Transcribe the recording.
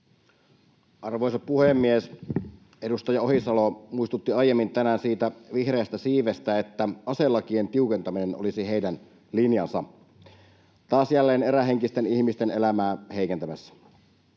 Arvoisa puhemies! Edustaja Ohisalo muistutti aiemmin tänään vihreästä siivestä, että aselakien tiukentaminen olisi heidän linjansa taas jälleen erähenkisten ihmisten elämää heikentämässä: